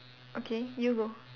okay you go